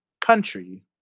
country